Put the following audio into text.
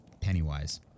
Pennywise